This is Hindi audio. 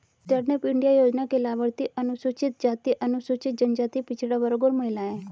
स्टैंड अप इंडिया योजना के लाभार्थी अनुसूचित जाति, अनुसूचित जनजाति, पिछड़ा वर्ग और महिला है